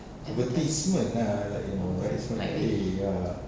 advertisement ah like you know right it's ah